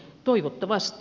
toivottavasti